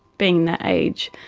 being that age,